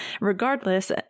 regardless